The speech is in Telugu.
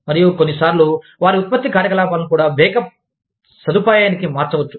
మరియు కొన్నిసార్లు వారి ఉత్పత్తి కార్యకలాపాలను కూడా బ్యాకప్ సదుపాయానికి మార్చవచ్చు